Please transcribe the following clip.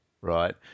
right